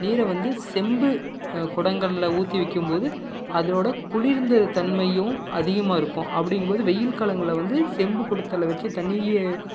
நீரை வந்து செம்பு குடங்களில் ஊற்றி வைக்கும் போது அதனோட குளிர்ந்த தன்மையும் அதிகமாக இருக்கும் அப்படிங்கும் போது வெயில் காலங்களில் வந்து செம்பு குடத்தில் வச்சு தண்ணியை